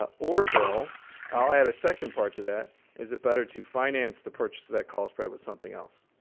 ah or, bill i'll add a second part to that is it better to finance the purchase of that call spread with something else?